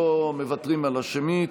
שלא מוותרים על השמית.